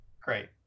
Great